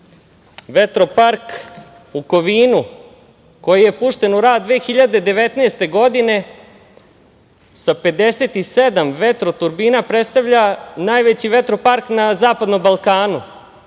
vetropark u Kovinu koji je pušten u rad 2019. godine sa 57 vertroturbina predstavlja najveći vetropark na Zapadnom Balkanu. Ovaj